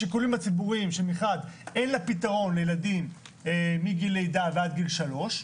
השיקולים הציבוריים שמחד אין לה פתרון לילדים מגיל לידה עד גיל 3,